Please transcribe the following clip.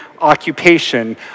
occupation